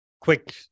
quick